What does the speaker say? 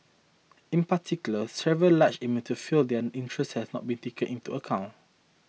in particular several large emitters felt that their interests had not been taken into account